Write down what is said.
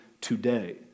today